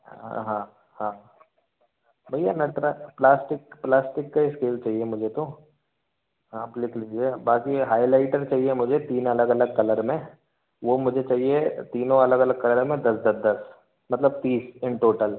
हाँ हाँ भैया नटरा प्लास्टिक प्लास्टिक का स्केल चाहिए मुझे तो हाँ आप लिख लीजिए बाकि हाइलाइटर चाहिए मुझे तीन अलग अलग कलर में वो मुझे चाहिए तीनों अलग अलग कलर में दस दस दस मतलब तीस इन टोटल